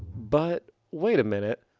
but. wait a minute.